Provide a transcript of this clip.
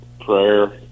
prayer